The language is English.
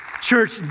Church